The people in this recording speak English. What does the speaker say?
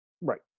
Right